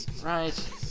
Right